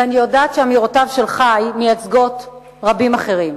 ואני יודעת שאמירותיו של חי מייצגות רבים אחרים.